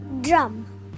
Drum